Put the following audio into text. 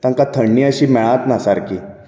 तांकां थंडी अशी मेळच ना सारकी